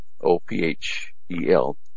O-P-H-E-L